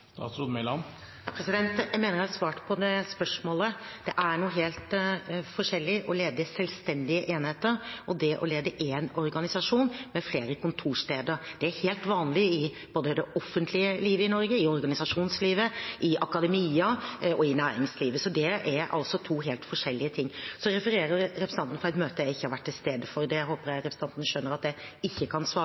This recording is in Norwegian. Jeg mener jeg har svart på det spørsmålet. Det å lede selvstendige enheter er helt forskjellig fra å lede en organisasjon med flere kontorsteder. Det er helt vanlig både i det offentlige livet i Norge, i organisasjonslivet, i akademia og i næringslivet. Det er to helt forskjellige ting. Representanten refererer fra et møte jeg ikke har vært til stede på. Det håper jeg representanten skjønner at jeg ikke kan svare